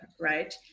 right